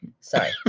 sorry